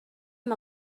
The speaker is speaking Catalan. amb